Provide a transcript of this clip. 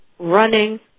running